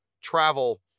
travel